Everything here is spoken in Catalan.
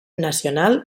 nacional